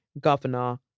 governor